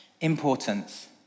importance